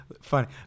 funny